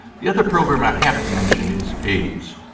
the other program i have to mention is aids.